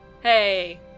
Hey